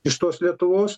iš tos lietuvos